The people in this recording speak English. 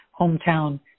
hometown